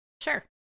Sure